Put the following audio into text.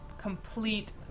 complete